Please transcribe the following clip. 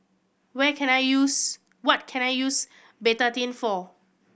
where can I use what can I use Betadine for